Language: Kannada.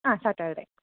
ಆಂ ಸ್ಯಾಟರ್ಡೇ